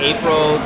April